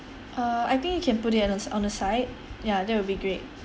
err I think you can put it on the on the side ya that will be great